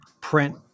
print